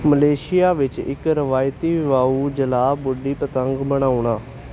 Malaysia ਵਿੱਚ ਇੱਕ ਰਵਾਇਤੀ ਵਾਊ ਜਲਾ ਬੁਡੀ ਪਤੰਗ ਬਣਾਉਣਾ